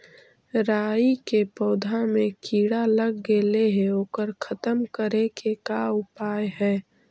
राई के पौधा में किड़ा लग गेले हे ओकर खत्म करे के का उपाय है?